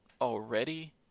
already